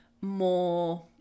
more